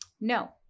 No